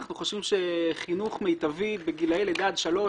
אנחנו חושבים שחינוך מיטבי בגילאי לידה עד שלוש